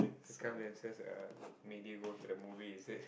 circumstances uh may they go to the movie is it